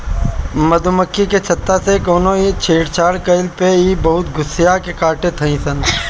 मधुमक्खी के छत्ता से कवनो छेड़छाड़ कईला पे इ बहुते गुस्सिया के काटत हई सन